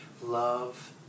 love